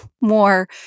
more